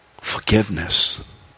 Forgiveness